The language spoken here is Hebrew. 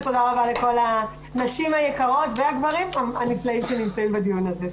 ותודה רבה לכל הנשים היקרות והגברים הנפלאים שנמצאים בדיון הזה.